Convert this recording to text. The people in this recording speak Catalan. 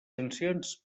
sancions